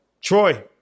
Troy